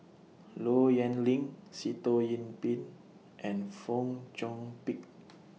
Low Yen Ling Sitoh Yih Pin and Fong Chong Pik